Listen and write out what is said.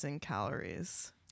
calories